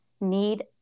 need